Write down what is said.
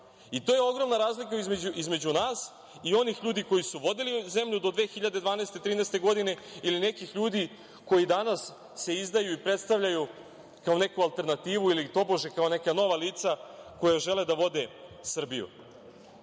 To je ogromna razlika između nas i onih koji ljudi koji su vodili zemlju do 2012/13. godine, ili nekih ljudi koji se danas izdaju i predstavljaju kao neka alternativa ili tobože kao neka nova lica koja žele da vode Srbiju.Za